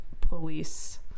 police